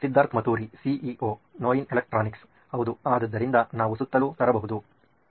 Siddharth Mathuri CEO ನೋಯಿನ್ electronics ಹೌದು ಆದ್ದರಿಂದ ನಾವು ಸುತ್ತಲೂ ತರಬಹುದು